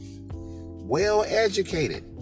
Well-educated